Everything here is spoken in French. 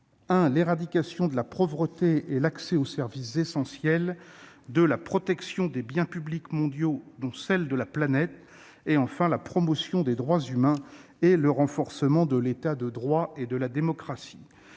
l'éradication de la pauvreté et l'accès aux services essentiels ; ensuite, la protection des biens publics mondiaux dont celle de la planète ; enfin, la promotion des droits humains et le renforcement de l'État de droit et de la démocratie.